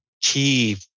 key